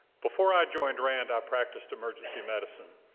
before i joined rand, i practiced emergency medicine.